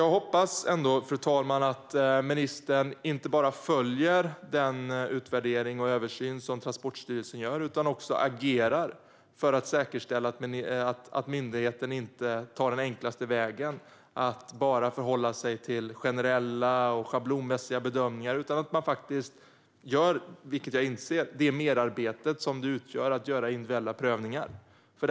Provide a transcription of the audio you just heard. Jag hoppas ändå att ministern inte bara följer den utvärdering och översyn som Transportstyrelsen gör. Jag hoppas att han också agerar för att säkerställa att myndigheten inte tar den enklaste vägen och bara förhåller sig till generella och schablonmässiga bedömningar, utan att man gör det merarbete som jag inser att det innebär att göra individuella prövningar.